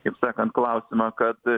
kaip sakant klausimą kad